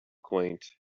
quaint